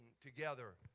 together